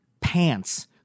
pants